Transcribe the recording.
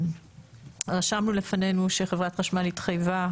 רשמנו לפנינו שחברת החשמל התחייבה,